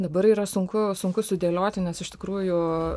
dabar yra sunku sunku sudėlioti nes iš tikrųjų